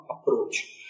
approach